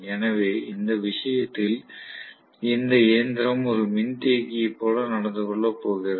எனவே இந்த விஷயத்தில் இந்த இயந்திரம் ஒரு மின்தேக்கியைப் போல நடந்து கொள்ளப் போகிறது